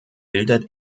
bildet